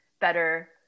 better